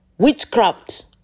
Witchcraft